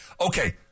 Okay